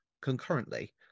concurrently